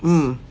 mm